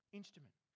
instrument